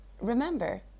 Remember